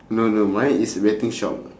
no no mine is betting shop